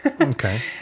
okay